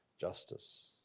justice